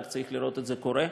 רק צריך לראות את זה קורה.